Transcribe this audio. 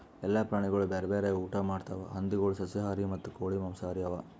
ಎಲ್ಲ ಪ್ರಾಣಿಗೊಳ್ ಬ್ಯಾರೆ ಬ್ಯಾರೆ ಊಟಾ ಮಾಡ್ತಾವ್ ಹಂದಿಗೊಳ್ ಸಸ್ಯಾಹಾರಿ ಮತ್ತ ಕೋಳಿ ಮಾಂಸಹಾರಿ ಅವಾ